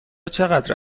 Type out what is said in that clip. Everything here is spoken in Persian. چقدر